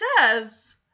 says